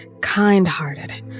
kind-hearted